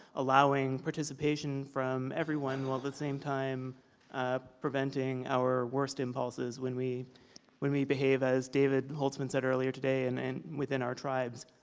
allowing participation from everyone, while at the same time ah preventing our worst impulses when we when we behave as david holtzman said earlier today and and within our tribes.